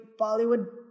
Bollywood